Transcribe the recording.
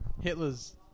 Hitler's